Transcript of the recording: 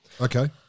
Okay